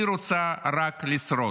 היא רוצה רק לשרוד.